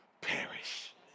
perish